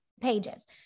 pages